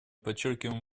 подчеркиваем